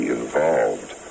involved